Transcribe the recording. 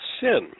sin